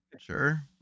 sure